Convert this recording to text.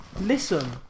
listen